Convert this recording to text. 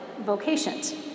vocations